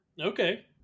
Okay